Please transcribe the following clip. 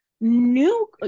New